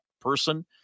person